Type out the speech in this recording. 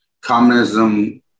Communism